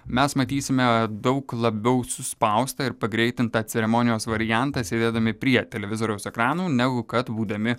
mes matysime daug labiau suspaustą ir pagreitintą ceremonijos variantą sėdėdami prie televizoriaus ekrano negu kad būdami